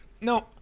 No